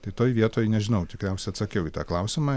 tai toj vietoj nežinau tikriausia atsakiau į tą klausimą